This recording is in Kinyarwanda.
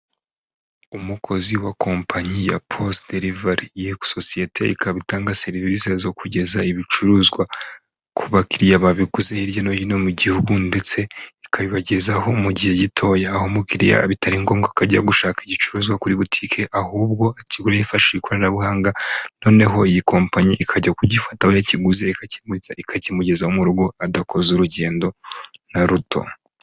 Umukozi wa kompanyi ya Pose delivery, iyo sosiyete ikaba itanga serivisi zo kugeza ibicuruzwa ku bakiriya babiguze, hirya no hino mu gihugu, ndetse ikabibagezaho mu gihe gitoya, aho umukiriya bitari ngombwa ko ajya gushaka igicuruzwa kuri butike, ahubwo akigura yifashishije ikoranabuhanga, noneho iyi kompanyi ikajya kugifata aho yakiguze, ikakimugereza mu rugo, adakoze urugendo na ruto.